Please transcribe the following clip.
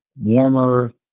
warmer